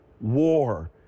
war